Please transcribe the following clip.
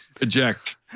eject